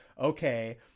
Okay